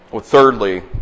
Thirdly